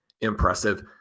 impressive